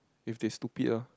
if they stupid ah